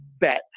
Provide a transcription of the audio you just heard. bet